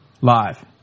Live